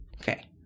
Okay